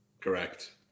Correct